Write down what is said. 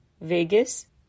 Vegas